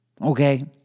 Okay